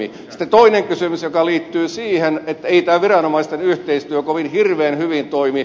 sitten toinen kysymys joka liittyy siihen että ei tämä viranomaisten yhteistyö kovin hirveän hyvin toimi